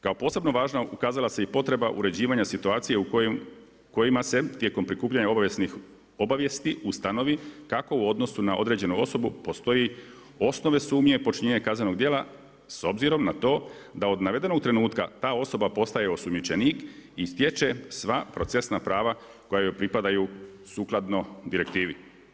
Kao posebno važna ukazala se i potreba uređivanje situacije u kojima se tijekom prikupljanja obavijesnih obavijesti ustanovi kako u odnosu na određenu osobu postoji osnove sumnje počinjenja kaznenog djela s obzirom na to da od navedenog trenutka ta osoba postaje osumnjičenik i stječe sva procesna prava koja joj pripadaju sukladno direktivi.